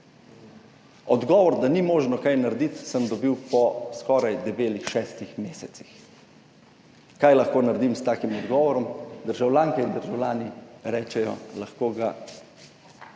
Odgovor, da ni možno kaj narediti, sem dobil po skoraj debelih šestih mesecih. Kaj lahko naredim s takim odgovorom? Državljanke in državljani rečejo, lahko ga